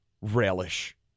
Relish